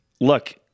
look